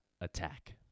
attack